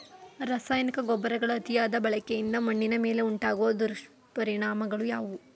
ರಾಸಾಯನಿಕ ಗೊಬ್ಬರಗಳ ಅತಿಯಾದ ಬಳಕೆಯಿಂದ ಮಣ್ಣಿನ ಮೇಲೆ ಉಂಟಾಗುವ ದುಷ್ಪರಿಣಾಮಗಳು ಯಾವುವು?